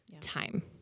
time